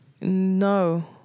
no